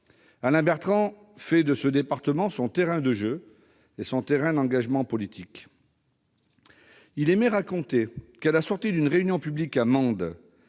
Alain Bertrand fait de ce département son terrain de jeu et son terrain d'engagement politique. Il aimait raconter que, à la sortie d'une réunion publique, à Mende,